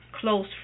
close